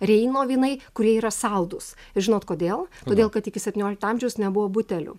reino vynai kurie yra saldūs ir žinot kodėl todėl kad iki septyniolikto amžiaus nebuvo butelių